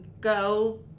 go